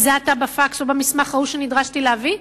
זה עתה בפקס או במסמך ההוא שנדרשתי להביא,